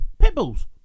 Pitbulls